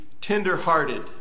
tender-hearted